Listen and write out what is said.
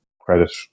credit